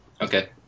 Okay